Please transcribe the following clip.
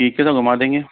ठीक है तो घुमा देंगे